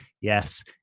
yes